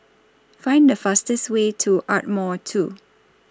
Find The fastest Way to Ardmore two